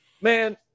man